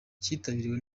cyitabiriwe